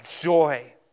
joy